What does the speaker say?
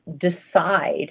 decide